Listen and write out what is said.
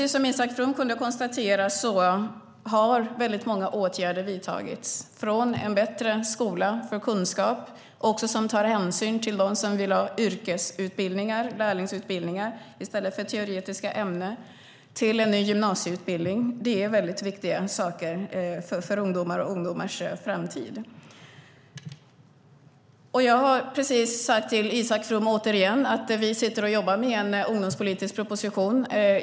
Som Isak From konstaterade har många åtgärder vidtagits. Det är bland annat en bättre skola för kunskap som också tar hänsyn till dem som vill ha yrkesutbildning i stället för teoretiska ämnen och en ny gymnasieutbildning. Det är viktiga saker för ungdomar och ungdomars framtid. Jag har återigen talat om för Isak From att vi jobbar med en ungdomspolitisk proposition.